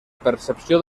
percepció